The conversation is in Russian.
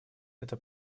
это